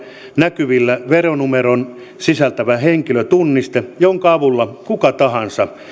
näkyvillä veronumeron sisältävä henkilötunniste jonka avulla kuka tahansa